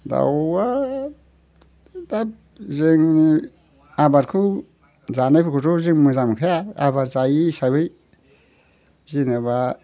दाउआ दा जोंनि आबादखौ जानायफोरखौथ' जों मोजां मोनखाया जों आबाद जायि हिसाबै जेनेबा